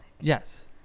Yes